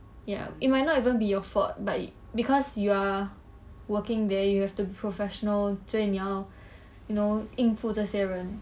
ya it might not even be your fault but because you're working there you have to professional 所以你要 know 应付这些人